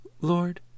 Lord